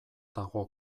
dago